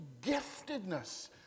giftedness